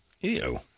Ew